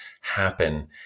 happen